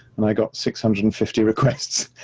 and i got six hundred and fifty requests.